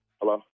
Hello